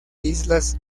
islas